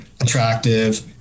attractive